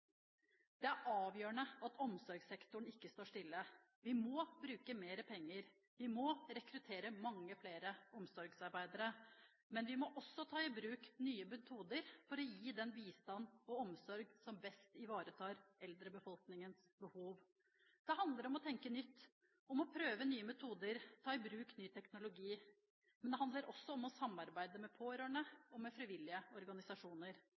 Det er avgjørende at omsorgssektoren ikke står stille. Vi må bruke mer penger, vi må rekruttere mange flere omsorgsarbeidere, men vi må også ta i bruk nye metoder for å gi den bistand og omsorg som best ivaretar eldrebefolkningens behov. Det handler om å tenke nytt, prøve nye metoder, ta i bruk ny teknologi, men det handler også om å samarbeide med pårørende og med frivillige organisasjoner.